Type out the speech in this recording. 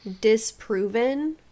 disproven